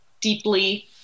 deeply